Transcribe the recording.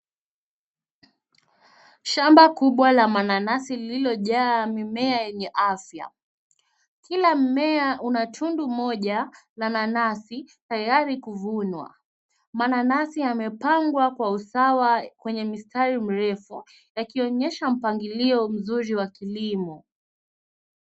Shamba kubwa la mananasi lililojaa mimea yenye afya. Kila mmea una tundu moja la nanasi tayari kuvunwa. Mananasi yamepangwa kwa usawa kwenye mistari mirefu yakionyesha mpangilio mzuri wa kilimo.